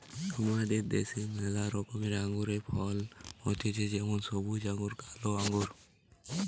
আমাদের দ্যাশে ম্যালা রকমের আঙুরের ফলন হতিছে যেমন সবুজ আঙ্গুর, কালো আঙ্গুর